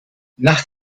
nach